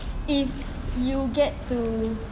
if you get to